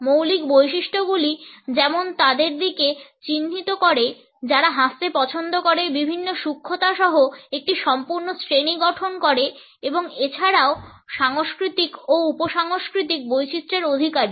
মৌলিক বৈশিষ্ট্যগুলি যেমন তাদের দিকে চিহিন্ত করে যারা হাসতে পছন্দ করে বিভিন্ন সূক্ষ্মতা সহ একটি সম্পূর্ণ শ্রেণী গঠন করে এবং এছাড়াও সাংস্কৃতিক ও উপ সাংস্কৃতিক বৈচিত্র্যের অধিকারী